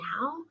now